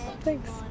Thanks